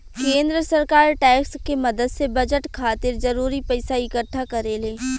केंद्र सरकार टैक्स के मदद से बजट खातिर जरूरी पइसा इक्कठा करेले